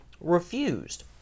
refused